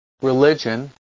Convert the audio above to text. religion